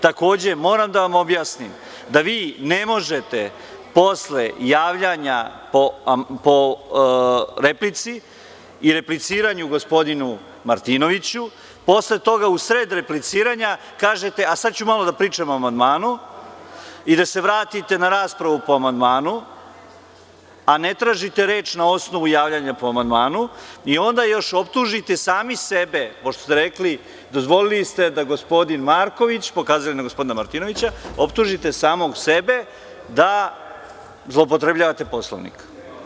Takođe, moram da vam objasnim da vi ne možete posle javljanja po replici i repliciranju gospodinu Martinoviću posle toga u sred repliciranja kažete – a sad ću malo da pričam o amandmanu i da se vratite na raspravu po amandmanu, a ne tražite reč na osnovu javljanja po amandmanu i onda još optužite sami sebe, pošto ste rekli, dozvolili ste da gospodin Marković, pokazujete na gospodina Martinovića, optužite samog sebe da zloupotrebljavate Poslovnik.